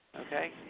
Okay